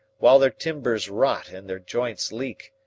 while their timbers rot and their joints leak,